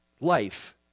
life